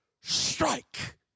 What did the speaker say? strike